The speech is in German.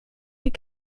die